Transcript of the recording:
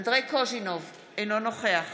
אינו נוכח